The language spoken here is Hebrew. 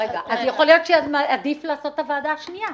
אז יכול להיות שעדיף לעשות את הוועדה השנייה.